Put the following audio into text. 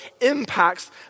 impacts